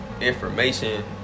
information